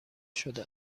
شده